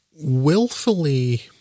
willfully